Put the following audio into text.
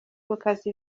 gukaza